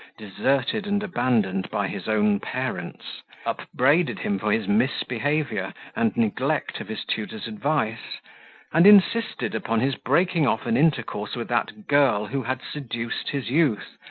deserted and abandoned by his own parents upbraided him for his misbehaviour, and neglect of his tutor's advice and insisted upon his breaking off an intercourse with that girl who had seduced his youth,